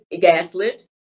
gaslit